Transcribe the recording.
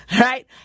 right